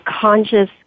conscious